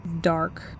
dark